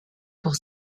pour